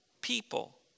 people